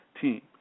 team